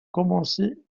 commencer